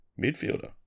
midfielder